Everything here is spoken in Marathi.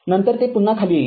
नंतर ते पुन्हा खाली येईल